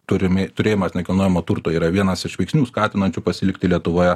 turimi turėjimas nekilnojamo turto yra vienas iš veiksnių skatinančių pasilikti lietuvoje